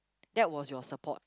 that was your support